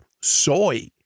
soy